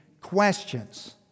questions